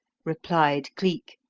replied cleek,